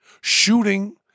shooting